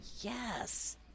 yes